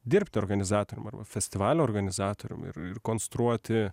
dirbti organizatorium arba festivalio organizatorium ir ir konstruoti